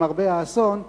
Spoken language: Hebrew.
למרבה האסון,